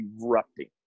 erupting